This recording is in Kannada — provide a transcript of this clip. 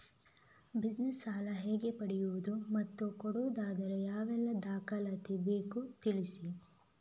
ಬಿಸಿನೆಸ್ ಸಾಲ ಹೇಗೆ ಪಡೆಯುವುದು ಮತ್ತು ಕೊಡುವುದಾದರೆ ಯಾವೆಲ್ಲ ದಾಖಲಾತಿ ಬೇಕು ತಿಳಿಸಿ?